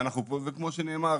וכמו שנאמר,